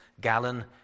gallon